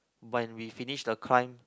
when we finished the climb